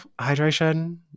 hydration